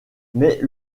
mais